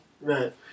right